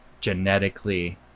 genetically